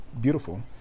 beautiful